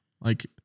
Like-